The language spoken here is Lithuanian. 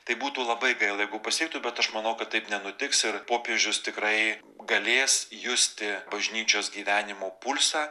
tai būtų labai gaila jeigu pasiektų bet aš manau kad taip nenutiks ir popiežius tikrai galės justi bažnyčios gyvenimo pulsą